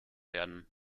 werden